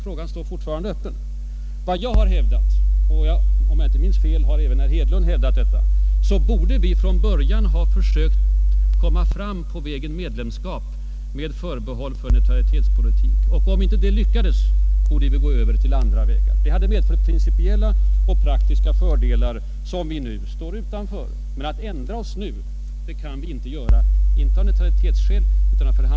Frågan står fortfarande kvar. Vad jag har hävdat — om jag inte minns fel har även herr Hedlund gjort det — är att vi från början borde ha försökt komma fram på vägen: medlemskap med förbehåll för vår neutralitetspolitik. Om inte det lyckats, skulle vi ha tvingats pröva andra vägar med de principiella och taktiska olägenheter som detta måste komma att medföra.